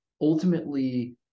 ultimately